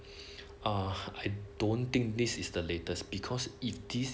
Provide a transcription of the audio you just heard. ah I don't think this is the latest because if this